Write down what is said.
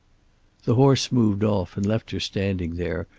the horse moved off and left her standing there,